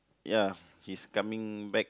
ya he's coming back